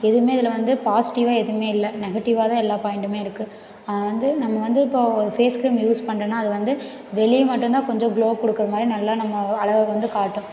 எதுவுமே இதில் வந்து பாசிட்டிவ்வாக எதுவுமே இல்லை நெகட்டிவ்வாக தான் எல்லா பாயிண்டுமே இருக்கு வந்து நம்ம வந்து இப்போ ஒரு ஃபேஸ் கிரீம் யூஸ் பண்ணுறேன்னா அது வந்து வெளிய மட்டும்தான் கொஞ்சம் க்ளோ கொடுக்குற மாதிரியே நல்லா நம்ம அழகை வந்து காட்டும்